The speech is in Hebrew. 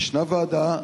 ישנה ועדה,